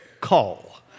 call